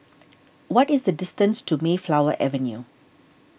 what is the distance to Mayflower Avenue